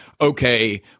okay